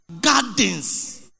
gardens